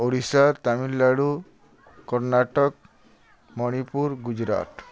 Odisha Tamil Nadu Karnataka Manipur Gujarat